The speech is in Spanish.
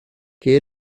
que